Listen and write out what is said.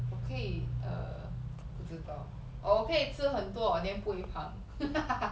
我可以 err 不知道 oh 我可以吃很多 then 不会胖